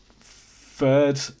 third